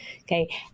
okay